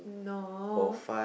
no